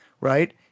right